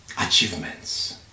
achievements